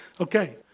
Okay